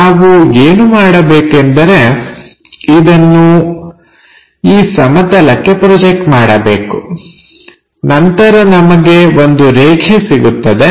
ನಾವು ಏನು ಮಾಡಬೇಕೆಂದರೆ ಇದನ್ನು ಈ ಸಮತಲಕ್ಕೆ ಪ್ರೊಜೆಕ್ಟ್ ಮಾಡಬೇಕು ನಂತರ ನಮಗೆ ಒಂದು ರೇಖೆ ಸಿಗುತ್ತದೆ